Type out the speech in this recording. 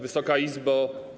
Wysoka Izbo!